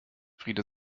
friede